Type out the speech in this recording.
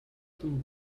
ton